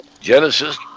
Genesis